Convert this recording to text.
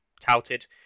touted